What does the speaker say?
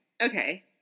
okay